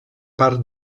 part